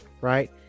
right